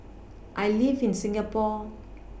I live in Singapore